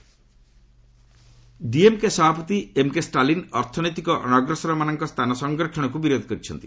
TN opposition DMK ସଭାପତି ଏମ୍କେ ଷ୍ଟାଲିନ ଅର୍ଥନୈତିକ ଅନଗ୍ରସରମାନଙ୍କ ସ୍ଥାନ ସଂରକ୍ଷଣକୁ ବିରୋଧ କରିଛନ୍ତି